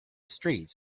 streets